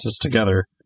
together